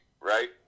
right